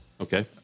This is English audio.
Okay